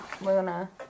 Luna